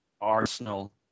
arsenal